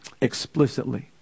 explicitly